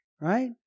right